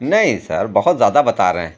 نہیں سر بہت زیادہ بتا رہے ہیں